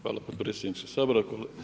Hvala potpredsjedniče Sabora.